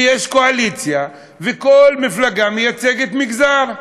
ויש קואליציה, וכל מפלגה מייצגת מגזר.